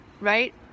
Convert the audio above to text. right